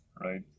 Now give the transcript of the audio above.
right